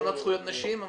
אמנות זכויות נשים?